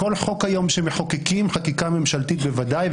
כל חוק שמחוקקים חקיקה ממשלתית בוודאי,